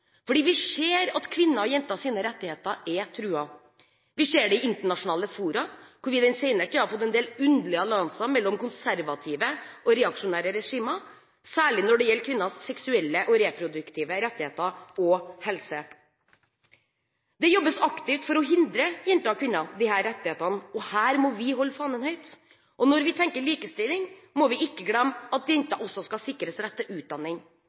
fordi vi ser at kvinners og jenters rettigheter er truet. Vi ser det i internasjonale fora, hvor vi i den senere tid har fått en del underlige allianser mellom konservative og reaksjonære regimer, særlig når det gjelder kvinners seksuelle og reproduktive rettigheter og helse. Det jobbes aktivt for å hindre jenter og kvinner disse rettighetene, og her må vi holde fanen høyt. Når vi tenker likestilling, må vi ikke glemme at jenter også skal sikres rett til utdanning.